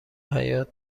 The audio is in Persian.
حیاط